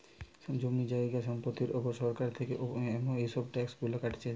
জমি জায়গা সম্পত্তির উপর সরকার থেকে এসব ট্যাক্স গুলা কাটতিছে